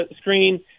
screen